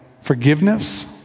forgiveness